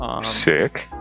Sick